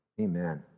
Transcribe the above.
Amen